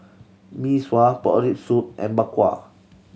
Mee Sua pork rib soup and Bak Kwa